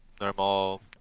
normal